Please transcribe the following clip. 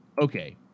Okay